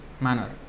manner